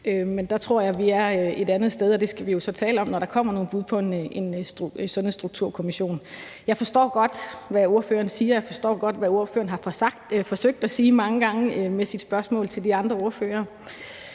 men der tror jeg, at vi er et andet sted, og det skal vi jo så tale om, når der kommer nogle bud fra en Sundhedsstrukturkommission. Jeg forstår godt, hvad ordføreren siger, og jeg forstår godt, hvad ordføreren har forsøgt at sige mange gange med sit spørgsmål til de andre ordførere.